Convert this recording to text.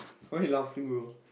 why you laughing bro